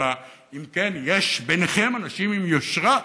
אלא אם כן יש ביניכם אנשים עם יושרה,